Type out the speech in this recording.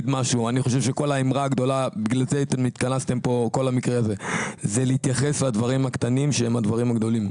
שכל האמרה הגדולה היא להתייחס לדברים הקטנים שהם הדברים הגדולים.